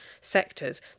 sectors